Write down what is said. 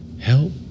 Help